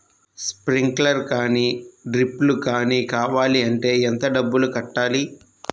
Sprinkler కానీ డ్రిప్లు కాని కావాలి అంటే ఎంత డబ్బులు కట్టాలి?